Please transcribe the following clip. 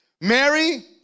Mary